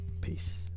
peace